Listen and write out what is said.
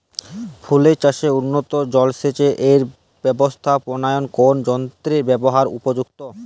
ফুলের চাষে উন্নত জলসেচ এর ব্যাবস্থাপনায় কোন যন্ত্রের ব্যবহার উপযুক্ত?